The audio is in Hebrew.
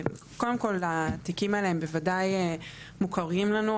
קודם כל התיקים האלה הם בוודאי מוכרים לנו,